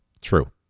true